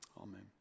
Amen